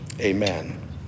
Amen